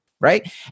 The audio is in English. Right